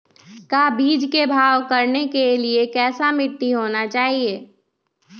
का बीज को भाव करने के लिए कैसा मिट्टी होना चाहिए?